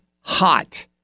hot